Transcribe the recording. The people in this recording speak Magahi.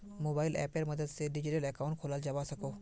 मोबाइल अप्पेर मद्साद से डिजिटल अकाउंट खोलाल जावा सकोह